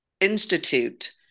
institute